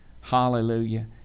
Hallelujah